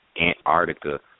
Antarctica